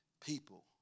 people